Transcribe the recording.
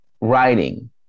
writing